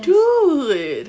dude